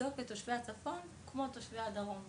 לדאוג לתושבי הצפון כמו תושבי הדרום.